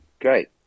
great